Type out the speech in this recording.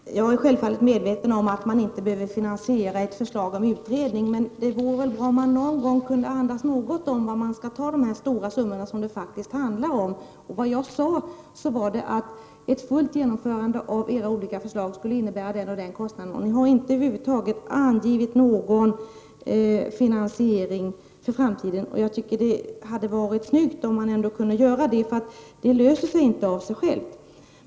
Fru talman! Jag är självfallet medveten om att man inte behöver finansiera ett förslag om utredning. Men det vore bra om man någon gång kunde andas något var i från man skall ta dessa stora summor som det faktiskt handlar om. Vad jag sade var att ett fullt genomförande av era olika förslag skulle innebära den och den kostnaden, och ni har över huvud taget inte angivit någon finansiering för framtiden. Jag tycker att det hade varit snyggt om man hade kunnat göra det. Frågan om finansieringen löser sig inte av sig självt.